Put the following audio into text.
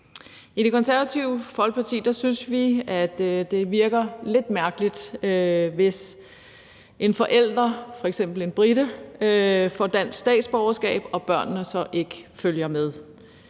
I Det Konservative Folkeparti synes vi, at det virker lidt mærkeligt, hvis en forælder, f.eks. en brite, får dansk statsborgerskab og børnene så ikke følger med.